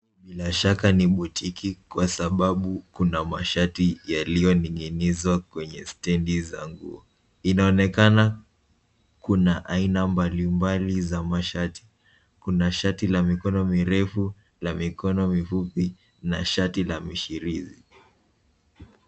Bila shaka ni botiki kwa sababu kuna mashati yaliyoning'inizwa kwenye stendi za nguo. Inaonekana kuna aina mbalimbali za mashati. Kuna shati la mikono mirefu, la mikono mifupi na shati la mishirizi.